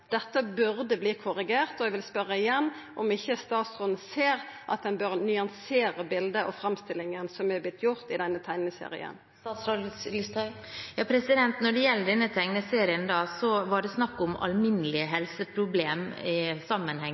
Dette burde verta korrigert, og eg vil igjen spørja om ikkje statsråden ser at ein bør nyansera bildet og framstillinga som har vorte skapt i denne teikneserien. Når det gjelder denne tegneserien, var det snakk om alminnelige helseproblemer i